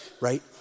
right